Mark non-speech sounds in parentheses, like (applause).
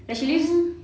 (noise)